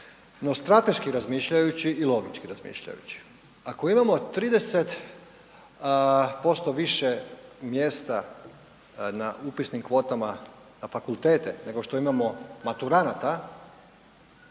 strateški razmišljajući i logični razmišljajući, ako imamo 30% više mjesta na upisnim kvotama na fakultete nego što imamo maturanata,